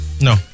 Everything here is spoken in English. No